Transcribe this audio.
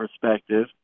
perspective